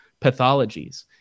pathologies